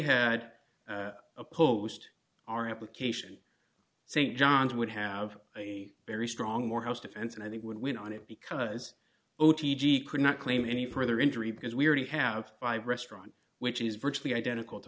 had opposed our application st john's would have a very strong morehouse defense and he would win on it because o t g could not claim any further injury because we already have five restaurant which is virtually identical to